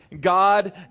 God